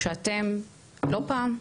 כשאתם לא פעם,